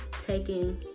taking